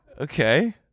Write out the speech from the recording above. Okay